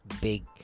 big